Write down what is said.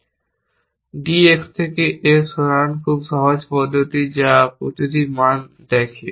D X থেকে A সরান খুব সহজ পদ্ধতি যা প্রতিটি মান দেখে